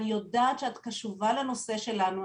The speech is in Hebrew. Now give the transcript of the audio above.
אני יודעת שאת קשובה לנושא שלנו,